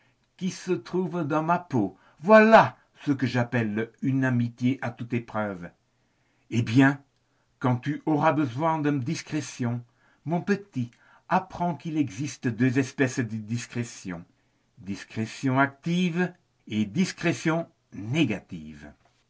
qui se trouve dans ma peau voilà ce que j'appelle une amitié à toute épreuve eh bien quand tu auras besoin de discrétion mon petit apprends qu'il existe deux espèces de discrétions discrétion active et discrétion négative